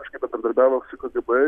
kažkaip bendradarbiavo su kgb